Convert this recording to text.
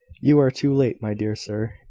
you are too late, my dear sir.